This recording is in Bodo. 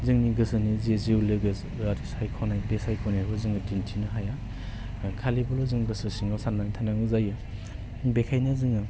जोंनि गोसोनि जे जिउ लोगो सायख'नाय बे सायख'नायखौ जोङो दिन्थिनो हाया खालिबोल' जों गोसो सिङाव सान्नानै थानांगौ जायो बेखायनो जोङो